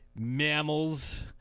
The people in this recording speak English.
mammals